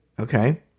okay